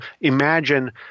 imagine